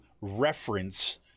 reference